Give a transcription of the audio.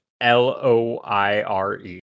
L-O-I-R-E